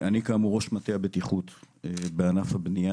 אני כאמור ראש מטה הבטיחות בענף הבנייה